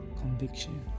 conviction